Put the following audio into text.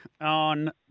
on